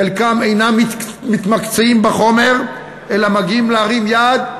חלקם אינם מתמקצעים בחומר אלא מגיעים כדי להרים יד,